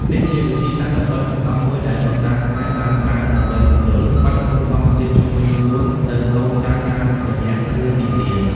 នេះជាវិធីសាស្ត្រដ៏ប៉ិនប្រសប់មួយដែលដូនតាខ្មែរបានប្រើដើម្បីពន្យល់បាតុភូតធម្មជាតិជុំវិញខ្លួនទៅកូនចៅតាមរយៈរឿងនិទាន។